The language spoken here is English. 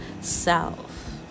self